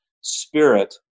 spirit